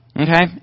Okay